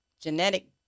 genetic